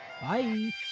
bye